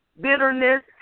bitterness